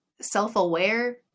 self-aware